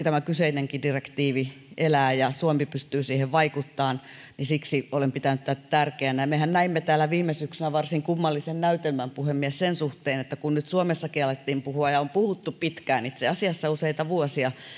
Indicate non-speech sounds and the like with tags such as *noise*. *unintelligible* tämä kyseinenkin direktiivi elää ja suomi pystyy siihen vaikuttamaan siksi olen pitänyt tätä tärkeänä ja mehän näimme täällä viime syksynä varsin kummallisen näytelmän puhemies sen suhteen että kun nyt suomessakin alettiin puhua ja on puhuttu pitkään itse asiassa useita vuosia